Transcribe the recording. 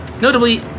notably